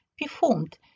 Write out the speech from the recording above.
performed